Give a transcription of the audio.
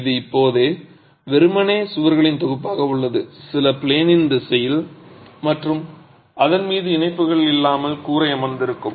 இது இப்போது வெறுமனே சுவர்களின் தொகுப்பாக உள்ளது சில ப்ளேனின் திசையில் மற்றும் அதன் மீது இணைப்புகள் இல்லாமல் கூரை அமர்ந்திருக்கும்